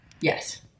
Yes